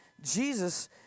Jesus